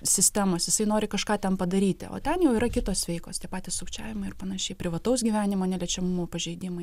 sistemos jisai nori kažką ten padaryti o ten jau yra kitos veikos tie patys sukčiavimai ir panašiai privataus gyvenimo neliečiamumo pažeidimai